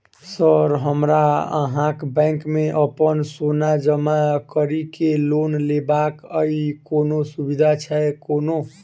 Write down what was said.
Sir हमरा अहाँक bank मे अप्पन सोना जमा करि केँ लोन लेबाक अई कोनो सुविधा छैय कोनो?